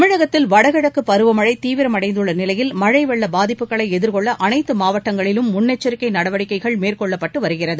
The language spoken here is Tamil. தமிழகத்தில் வடகிழக்குபருவமழைதீவிரமடைந்துள்ளநிலையில் மழைவெள்ளபாதிப்புகளைஎதிர்கொள்ளஅனைத்தமாவட்டங்களிலும் முன்னெச்சிக்கைநடவடிக்கைகள் மேற்கொள்ளப்பட்டுவருகிறது